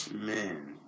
Man